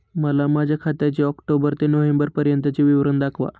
मला माझ्या खात्याचे ऑक्टोबर ते नोव्हेंबर पर्यंतचे विवरण दाखवा